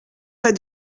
pas